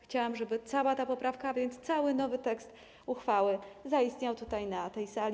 Chciałam, żeby cała ta poprawka, a więc cały nowy tekst uchwały zaistniał tutaj, na tej sali.